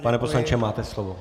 Pane poslanče, máte slovo.